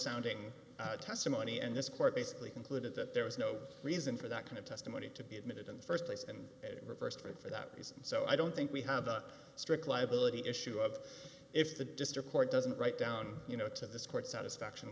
sounding testimony and this court basically concluded that there was no reason for that kind of testimony to be admitted in the first place and reversed it for that reason so i don't think we have a strict liability issue of if the district court doesn't write down you know to this court satisfaction